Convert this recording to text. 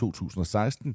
2016